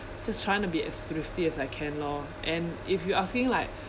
just trying to be as thrifty as I can lor and if you asking like